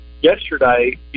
Yesterday